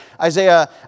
Isaiah